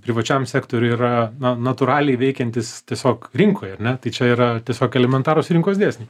privačiam sektoriui yra na natūraliai veikiantis tiesiog rinkojar ne tai čia yra tiesiog elementarūs rinkos dėsniai